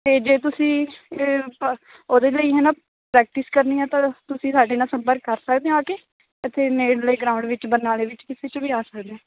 ਅਤੇ ਜੇ ਤੁਸੀਂ ਪ ਉਹਦੇ ਲਈ ਹੈ ਨਾ ਪ੍ਰੈਕਟਿਸ ਕਰਨੀ ਹੈ ਤਾਂ ਤੁਸੀਂ ਸਾਡੇ ਨਾਲ ਸੰਪਰਕ ਕਰ ਸਕਦੇ ਹੋ ਆ ਕੇ ਇੱਥੇ ਨੇੜਲੇ ਗਰਾਊਂਡ ਵਿੱਚ ਬਰਨਾਲੇ ਵਿੱਚ ਕਿਸੇ 'ਚ ਵੀ ਆ ਸਕਦੇ ਆ